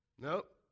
Nope